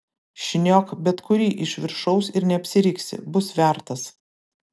šniok bet kurį iš viršaus ir neapsiriksi bus vertas